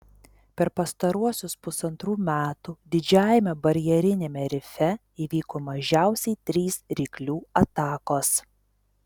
per pastaruosius pusantrų metų didžiajame barjeriniame rife įvyko mažiausiai trys ryklių atakos